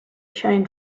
chain